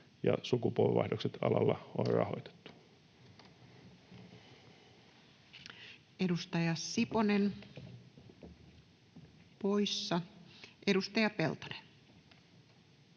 ja sukupolvenvaihdokset alalla on rahoitettu. Edustaja Siponen, poissa. — Edustaja Peltonen.